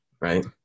Right